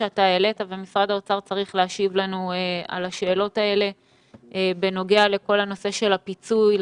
שהעלית ומשרד האוצר צריך להשיב לנו בנוגע לכל נושא הפיצוי,